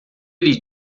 ele